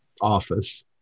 office